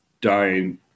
dying